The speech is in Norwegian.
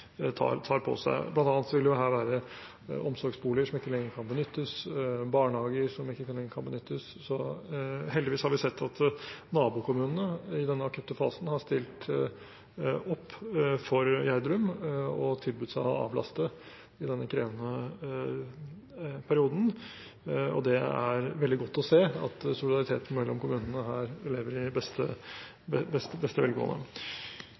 ikke lenger kan benyttes, barnehage som ikke lenger kan benyttes. Heldigvis har vi sett at nabokommunene i denne akutte fasen har stilt opp for Gjerdrum og tilbudt seg å avlaste i denne krevende perioden. Det er veldig godt å se at solidariteten mellom kommunene her lever i beste velgående.